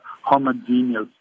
homogeneous